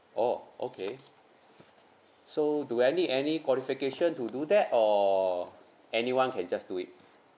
oh okay so do I need any qualification to do that or anyone can just do it